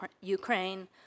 Ukraine